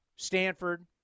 Stanford